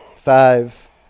Five